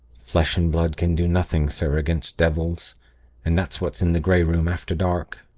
flesh and blood can do nothing, sir, against devils and that's what's in the grey room after dark